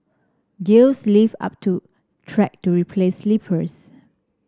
gear lifted up to track to replace sleepers